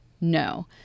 No